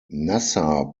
nasser